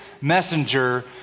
messenger